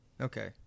Okay